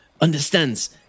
understands